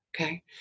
okay